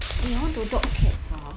eh I want to adopt cats ah